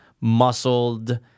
muscled